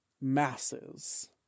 masses